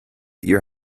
your